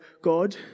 God